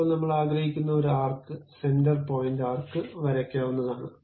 ഇപ്പോൾ നമ്മൾ ആഗ്രഹിക്കുന്ന ഒരു ആർക്ക് സെന്റർ പോയിന്റ് ആർക്ക് വരയ്ക്കാവുന്നതാണ്